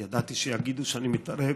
כי ידעתי שיגידו שאני מתערב